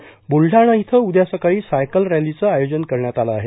ब्रुलडाणा इथं उद्या सकाळी सायकल रॅलीचं आयोजन करण्यात आलं आहे